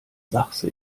sachse